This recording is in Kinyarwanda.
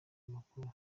amakuru